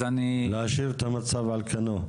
להשאיר את המצב על כנו?